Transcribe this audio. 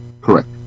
Correct